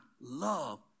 love